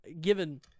given